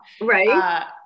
right